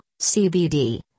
CBD